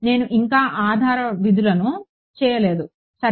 నేను ఇంకా ఆధార విధులను భర్తీ చేయలేదు సరే